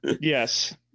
Yes